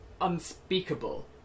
unspeakable